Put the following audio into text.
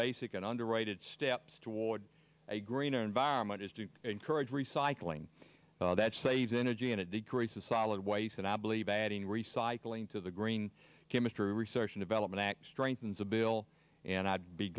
basic and underwrite it steps toward a greener environment is to encourage recycling that saves energy and it decreases solid waste and i believe adding recycling to the green chemistry research and development act strengthens a bill and i'd be